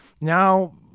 now